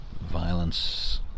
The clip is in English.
violence